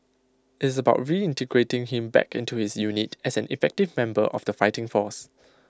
it's about reintegrating him back into his unit as an effective member of the fighting force